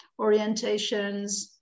orientations